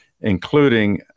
including